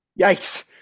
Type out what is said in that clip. yikes